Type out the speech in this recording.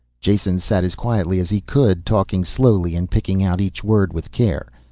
jason sat as quietly as he could, talking slowly and picking out each word with care.